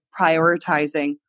prioritizing